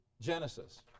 Genesis